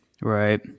Right